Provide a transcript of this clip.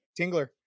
Tingler